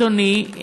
אדוני,